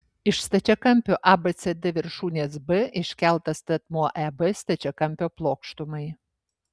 iš stačiakampio abcd viršūnės b iškeltas statmuo eb stačiakampio plokštumai